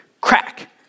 crack